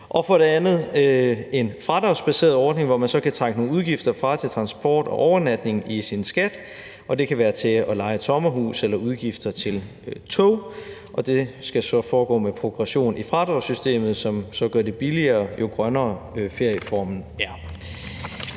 og for det andet foreslås en fradragsbaseret ordning, hvor man så kan trække nogle udgifter til transport og overnatning fra i sin skat, og det kan være i forbindelse med leje af et sommerhus eller udgifter til tog, og det skal så foregå med progression i fradragssystemet, som så gør det billigere, jo grønnere ferieformen er.